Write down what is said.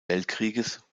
weltkrieges